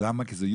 היה